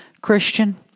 Christian